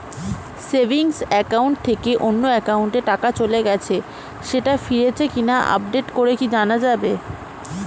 Savings account থেকে অন্য একাউন্টে টাকা চলে গেছে সেটা ফিরেছে কিনা আপডেট করে কি জানা যাবে?